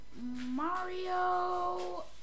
Mario